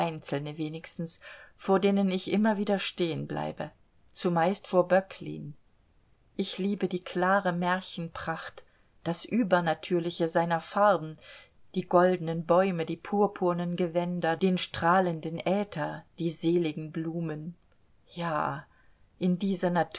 wenigstens vor denen ich immer wieder stehen bleibe zumeist vor böcklin ich liebe die klare märchenpracht das übernatürliche seiner farben die goldenen bäume die purpurnen gewänder den strahlenden äther die seligen blumen ja in diese